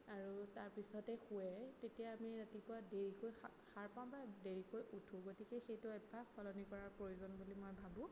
আৰু তাৰ পিছতহে শোৱে তেতিয়া আমি ৰাতিপুৱা দেৰিকৈ সাৰ পাওঁ বা দেৰিকৈ উঠো গতিকে সেইটো অভ্যাস সলনি কৰাৰ প্ৰয়োজন বুলি মই ভাবোঁ